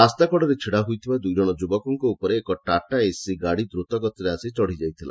ରାସ୍ତାକଡ଼ରେ ଛିଡ଼ାହୋଇଥିବା ଦୁଇ ଜଶ ଯୁବକଙ୍କ ଉପରେ ଏକ ଟାଟାଏସି ଗାଡ଼ି ଦ୍ରତଗତିରେ ଆସି ଚଢ଼ିଯାଇଥିଲା